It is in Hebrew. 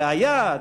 בעיה,